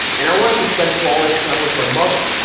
and i wanted to spend quality time with my mother.